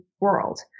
world